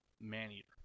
Man-eater